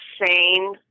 insane